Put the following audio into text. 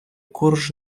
корж